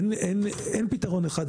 אין פתרון אחד.